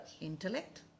intellect